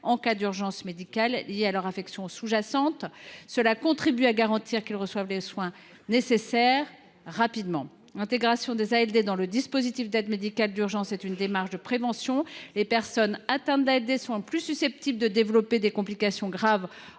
en cas d’urgence médicale liée à leur affection sous jacente. Cela leur garantira de recevoir rapidement les soins nécessaires. L’intégration des ALD dans le dispositif d’aide médicale d’urgence procède d’une démarche de prévention. Les personnes atteintes d’ALD sont plus susceptibles de développer des complications graves